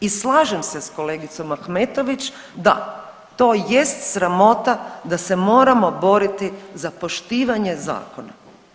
I slažem se s kolegicom Ahmetović, da, to jest sramota da se moramo boriti za poštivanje zakona.